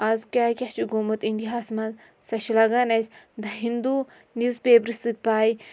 آز کیٛاہ کیٛاہ چھُ گوٚمُت اِنڈیاہَس منٛز سۄ چھِ لَگان اَسہِ دَ ہِندوٗ نِوٕز پیپرٕ سۭتۍ پَے